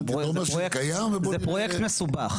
אם הפרויקט, זה פרויקט מסובך.